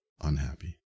unhappy